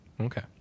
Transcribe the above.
Okay